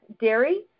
dairy